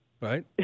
Right